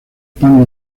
pan